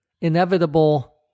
inevitable